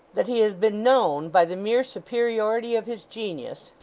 that he has been known, by the mere superiority of his genius,